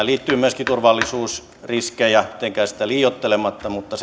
liittyy myöskin turvallisuusriskejä mitenkään niitä liioittelematta mutta